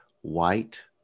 white